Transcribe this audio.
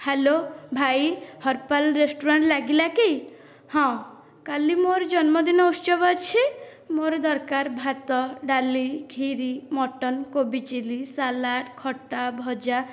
hello ଭାଇ Harpal restaurant ଲାଗିଲା କି ହିଁ କାଲି ମୋର ଜନ୍ମଦିନ ଉତ୍ସବ ଅଛି ମୋର ଦରକାର ଭାତ ଡାଲି ଖିରୀ ମଟନ କୋବି ଚିଲି ସାଲାଡ଼ ଖଟା ଭଜା